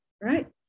right